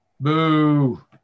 boo